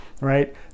right